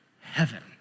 heaven